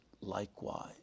likewise